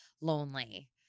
lonely